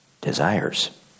desires